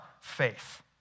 faith